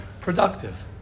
productive